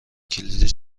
کلید